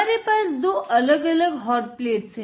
हमारे पास 2 अलग अलग हॉट प्लेट्स हैं